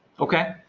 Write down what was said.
okay.